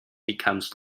becomes